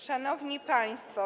Szanowni Państwo!